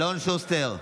(קורא בשמות חברי הכנסת) אלון שוסטר,